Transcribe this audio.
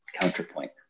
counterpoint